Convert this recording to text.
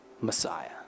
Messiah